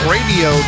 Radio